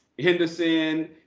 Henderson